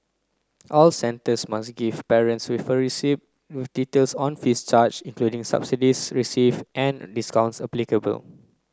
all centres must give parents a receipt with details on fees charged including subsidies receive and discounts applicable